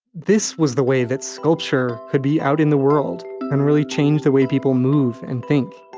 this was the way that sculpture could be out in the world and really change the way people move and think.